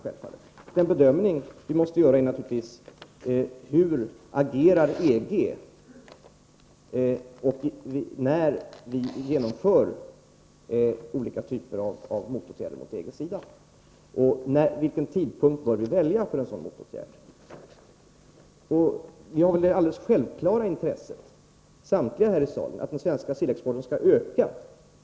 Den bedömning som vi då måste göra gäller frågan: Hur agerar EG, och, om vi genomför olika typer av åtgärder mot EG-sidan, vilken tidpunkt bör vi då välja för en sådan motåtgärd? Vi har väl samtliga här i kammaren det alldeles självklara intresset, att den svenska sillexporten skall öka.